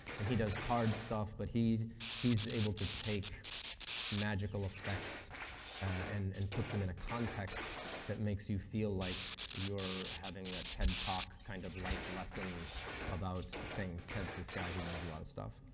and he does card stuff. but he's he's able to take magical effects and and put them in a context that makes you feel like you're having a ted talk kind of life lesson about things. ted's this guy who knows a lot of stuff.